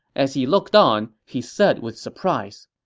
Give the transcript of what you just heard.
as he looked on, he said with surprise,